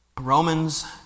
Romans